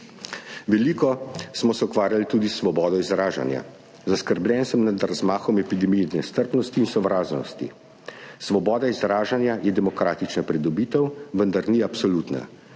Veliko smo se ukvarjali tudi s svobodo izražanja. Zaskrbljen sem nad razmahom epidemije nestrpnosti in sovražnosti. Svoboda izražanja je demokratična pridobitev, vendar ni absolutna.